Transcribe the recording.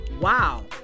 Wow